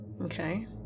Okay